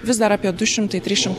vis dar apie du šimtai trys šimtai